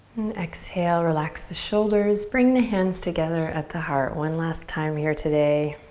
and exhale, relax the shoulders. bring the hands together at the heart one last time here today.